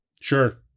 Sure